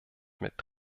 mit